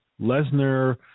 Lesnar